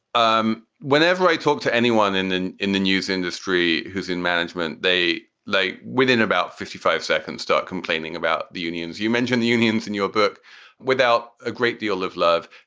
um whenever i talk to anyone and then in the news industry who's in management, they lay within about fifty five seconds, start complaining about the unions. you mentioned the unions in your book without a great deal of love.